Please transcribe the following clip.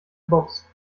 box